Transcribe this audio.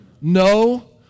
No